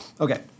Okay